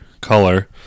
color